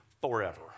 forever